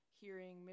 hearing